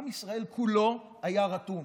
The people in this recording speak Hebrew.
עם ישראל כולו היה רתום.